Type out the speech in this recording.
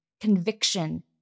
conviction